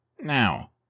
Now